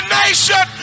nation